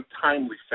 timely